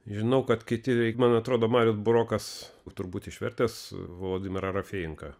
žinau kad kiti reik man atrodo marius burokas turbūt išvertęs vladimirą rafeienko